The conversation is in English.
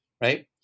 right